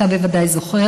אתה בוודאי זוכר,